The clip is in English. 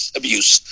abuse